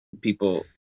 people